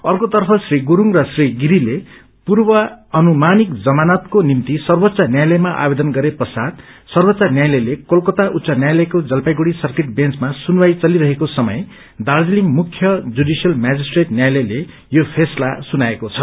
अर्कोतर्फ श्री गुरुङ र श्री गिरीले पूर्वाअनुमानिक जमानतको निम्त सर्वोच्च न्यायालयमा आवेदन गर्र पश्चात सर्वोच्च न्यायालयले कलकता उच्च न्यायालयको जपलाइगढी सकिट बेन्चमा सुनवाई घलिरहेको समय दार्जीलिङ मुख्य जुडिशियल म्याजिस्ट्रेट न्यायालयले यो फैसला सुनाएको छ